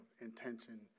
intention